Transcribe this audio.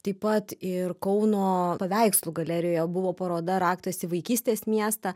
taip pat ir kauno paveikslų galerijoje buvo paroda raktas į vaikystės miestą